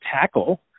tackle